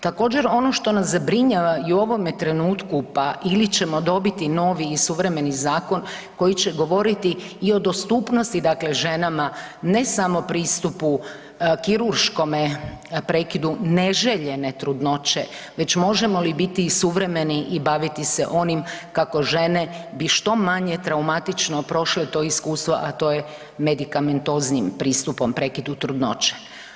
Također, ono što nas zabrinjava i u ovome trenutku pa ili ćemo dobiti novi i suvremeni zakon koji će govoriti i o dostupnosti, dakle, ženama, ne samo pristupu kirurškome prekidu neželjene trudnoće, već možemo li biti i suvremeni i baviti se onim kako žene bi što manje traumatično prošle to iskustvo, a to je medikamentoznim pristupom prekidu trudnoće.